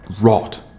rot